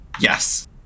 Yes